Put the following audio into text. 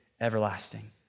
everlasting